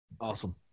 Awesome